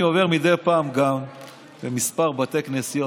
אני עובר מדי פעם גם בכמה בתי כנסיות,